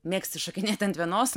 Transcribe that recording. mėgsti šokinėti ant vienos